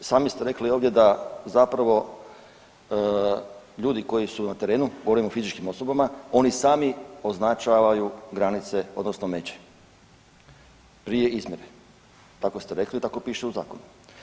Sami ste rekli ovdje da zapravo ljudi koji su na terenu, govorim o fizičkim osobama, oni sami označavaju granice odnosno međe prije izmjere, tako ste rekli i tako piše u zakonu.